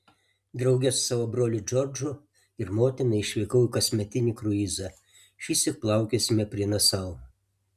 drauge su savo broliu džordžu ir motina išvykau į kasmetinį kruizą šįsyk plaukiosime prie nasau